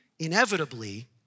Inevitably